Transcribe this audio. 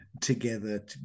together